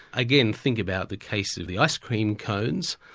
again, think about the case of the ice-cream cones.